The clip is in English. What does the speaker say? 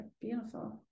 beautiful